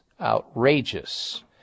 outrageous